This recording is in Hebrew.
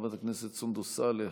חברת הכנסת סונדוס סאלח,